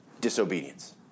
Disobedience